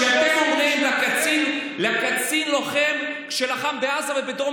כשאתם אומרים לקצין לוחם שלחם בעזה ובדרום